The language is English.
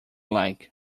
like